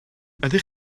ydych